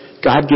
God